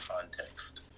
context